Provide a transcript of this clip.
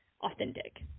authentic